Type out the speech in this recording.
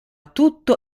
tutto